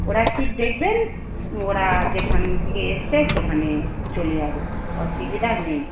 ওরা ঠিক দেখবেন ওরা যেখান থেকে এসেছে সেখানে চলে যাবে অসুবিধা নেই